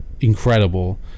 incredible